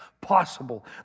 possible